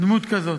דמות כזאת.